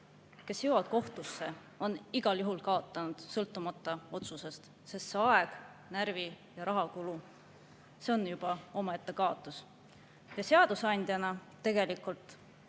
kes jõuavad kohtusse, on igal juhul kaotanud, sõltumata otsusest, sest see aja-, närvi- ja rahakulu on juba omaette kaotus. Seadusandjana on meie